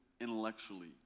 Intellectually